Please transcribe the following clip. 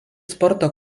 sporto